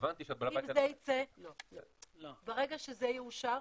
אם זה ייצא --- הבנתי שבעל הבית --- ברגע שזה יאושר,